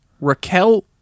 Raquel